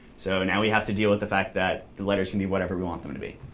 so now we have to deal with the fact that the letters can be whatever we want them to be.